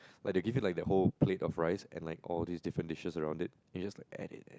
like they give you like that whole plate of rice and like all this different dishes around it you just like add